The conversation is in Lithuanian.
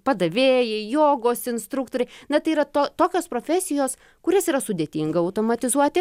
padavėjai jogos instruktoriai na tai yra to tokios profesijos kurias yra sudėtinga automatizuoti